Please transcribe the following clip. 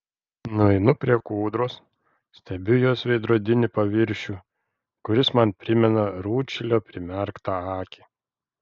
nueinu prie kūdros stebiu jos veidrodinį paviršių kuris man primena rūdšilio primerktą akį